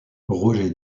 roger